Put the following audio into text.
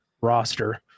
roster